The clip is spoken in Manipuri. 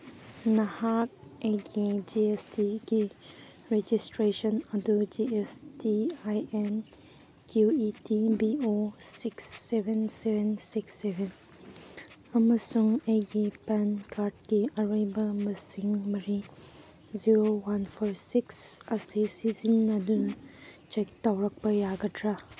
ꯅꯍꯥꯛ ꯑꯩꯒꯤ ꯖꯤ ꯑꯦꯁ ꯇꯤ ꯔꯦꯖꯤꯁꯇ꯭ꯔꯦꯁꯟ ꯑꯗꯨ G S T I N Q E T B O six seven seven six seven ꯑꯃꯁꯨꯡ ꯄꯥꯟ ꯀꯥꯔꯠꯀꯤ ꯑꯔꯣꯏꯕ ꯃꯁꯤꯡ ꯃꯔꯤꯅ ꯖꯤꯔꯣ ꯋꯥꯟ ꯐꯣꯔ ꯁꯤꯛꯁ ꯑꯁꯤ ꯁꯤꯖꯤꯟꯅꯗꯨꯅ ꯆꯦꯛ ꯇꯧꯔꯛꯄ ꯌꯥꯒꯗ꯭ꯔꯥ